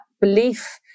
belief